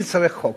נצטרך חוק.